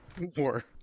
War